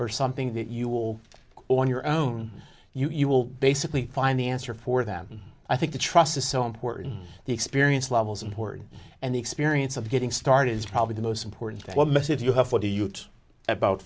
or something that you all on your own you will basically find the answer for them i think the trust is so important the experience levels important and the experience of getting started is probably the most important